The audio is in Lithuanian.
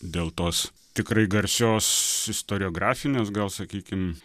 dėl tos tikrai garsios istoriografinės gal sakykim